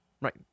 Right